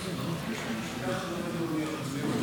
נתקבלה.